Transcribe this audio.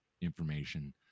information